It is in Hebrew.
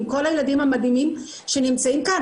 ועם כל הילדים המדהימים שנמצאים כאן.